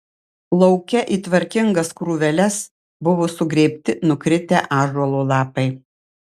lauke į tvarkingas krūveles buvo sugrėbti nukritę ąžuolo lapai